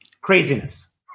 craziness